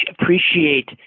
appreciate